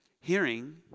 hearing